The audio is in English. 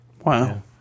Wow